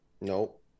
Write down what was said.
Nope